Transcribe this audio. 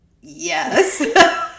yes